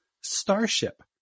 starship